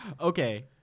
Okay